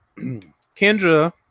Kendra